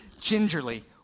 gingerly